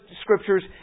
Scriptures